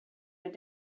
been